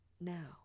now